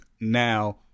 Now